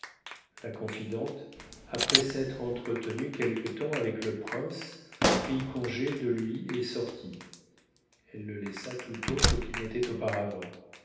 la confidente après s'être entretenue quelque temps avec le prince prit congé de lui et sortit elle le laissa tout autre qu'il n'était auparavant